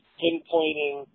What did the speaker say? pinpointing